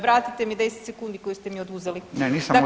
Vratite mi 10 sekundi koje ste mi oduzeli.